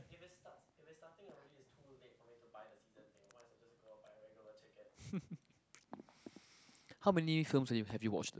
how many films have you have you watched